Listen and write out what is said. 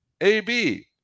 AB